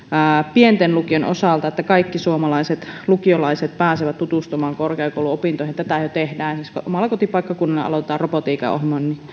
pienten lukioiden osalta jotta kaikki suomalaiset lukiolaiset pääsevät tutustumaan korkeakouluopintoihin tätä jo tehdään esimerkiksi omalla kotipaikkakunnallani aloitetaan robotiikan ja